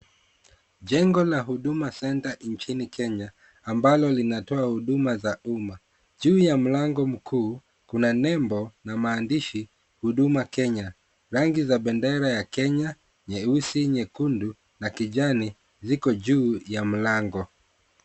Jengo la Huduma Centre nchini Kenya, ambalo linatoa huduma za umma. Juu ya mlango mkuu, kuna nembo na maandishi Huduma Kenya. Rangi za bendera ya Kenya; nyeusi, nyekundu na kijani ziko juu ya mlango.